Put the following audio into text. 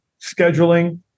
scheduling